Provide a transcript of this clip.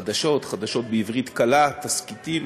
חדשות, חדשות בעברית קלה, תסכיתים,